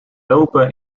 lopen